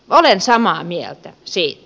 olen samaa mieltä siitä